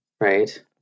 right